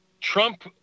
Trump